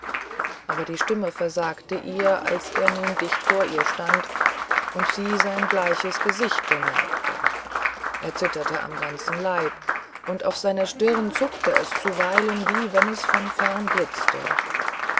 aber die stimme versagte ihr als er nun dicht vor ihr stand und sie sein bleiches gesicht bemerkte er zitterte am ganzen leibe und auf seiner stirn zuckte es zuweilen wie wenn es von fern